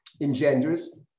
engenders